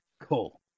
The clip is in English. Cool